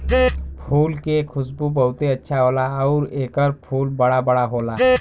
फूल के खुशबू बहुते अच्छा होला आउर एकर फूल बड़ा बड़ा होला